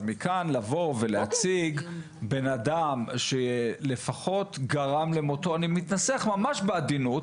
אבל מכאן לבוא ולהציג אדם שלפחות גרם למותו אני מתנסח ממש בעדינות